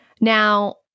Now